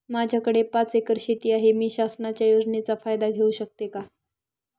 माझ्याकडे पाच एकर शेती आहे, मी शासनाच्या योजनेचा फायदा घेऊ शकते का?